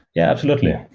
yeah absolutely.